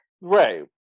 right